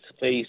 face